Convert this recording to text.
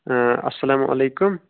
اَسلامُ علیکُم